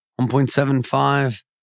1.75